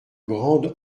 grande